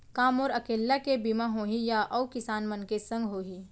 का मोर अकेल्ला के बीमा होही या अऊ किसान मन के संग होही?